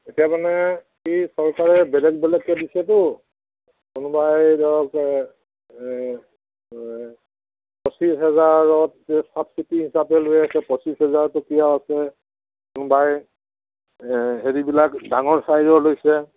এতিয়া মানে কি চৰকাৰে বেলেগ বেলেগকে দিছেতো কোনোবাই ধৰক পঁচিছ হাজাৰত ছাবচিটি হিচাপে লৈ আছে পঁচিছ হেজাৰটকীয়া আছে কোনোবাই হেৰিবিলাক ডাঙৰ ছাইজৰ লৈছে